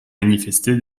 manifestée